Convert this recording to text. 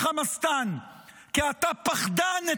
אמור לי, מר